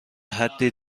حدی